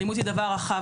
אלימות היא דבר רחב.